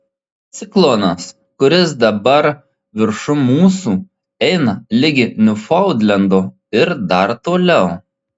ciklonas kuris dabar viršum mūsų eina ligi niūfaundlendo ir dar toliau